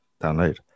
download